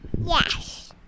Yes